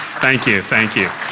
thank you, thank you.